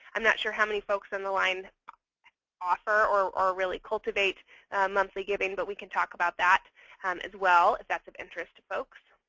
i'm not sure how many folks on the line offer or really cultivate monthly giving. but we can talk about that as well if that's of interest to folks.